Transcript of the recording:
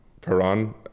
Peron